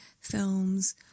films